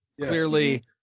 Clearly